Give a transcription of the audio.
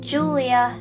Julia